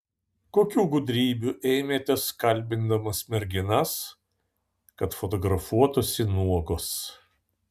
kokių gudrybių ėmėtės kalbindamas merginas kad fotografuotųsi nuogos